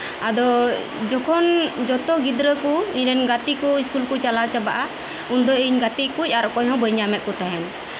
ᱟᱫᱚ ᱡᱚᱠᱷᱚᱱ ᱡᱚᱛᱚ ᱜᱤᱫᱽᱨᱟᱹ ᱠᱚ ᱤᱧ ᱨᱮᱱ ᱜᱟᱛᱮ ᱠᱚ ᱤᱥᱠᱩᱞ ᱠᱚ ᱪᱟᱞᱟᱣ ᱪᱟᱵᱟᱜᱼᱟ ᱩᱱᱫᱚ ᱟᱨ ᱤᱧ ᱜᱟᱛᱮᱜ ᱠᱚ ᱟᱨ ᱚᱠᱚᱭ ᱦᱚᱸ ᱵᱟᱹᱧ ᱧᱟᱢᱮᱫ ᱠᱚ ᱛᱟᱦᱮᱸᱫ